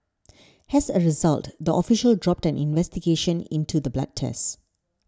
has a result the official dropped an investigation into the blood test